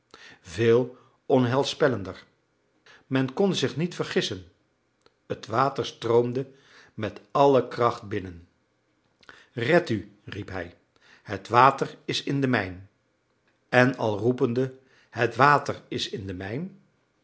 veel onheilspellender men kon zich niet vergissen het water stroomde met alle kracht binnen red u riep hij het water is in de mijn en al roepende het water is in de mijn